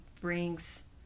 brings